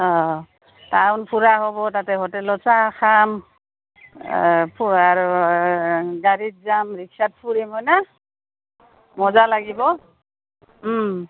অঁ অঁ টাউন ফুৰা হ'ব তাতে হোটেলত চাহ খাম আৰু গাড়ীত যাম ৰিক্সাত ফুৰিম হয় না মজা লাগিব